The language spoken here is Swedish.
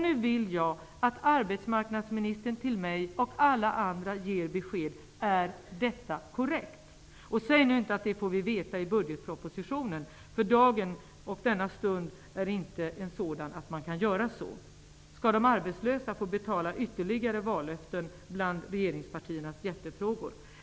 Nu vill jag att arbetsmarknadsministern ger mig och alla andra besked: Är detta korrekt? Säg nu inte att vi får veta det i budgetpropositionen, för denna dag och denna stund är inte sådan att man kan göra så. Skall de arbetslösa få betala ytterligare för vallöften om regeringspartiernas hjärtefrågor?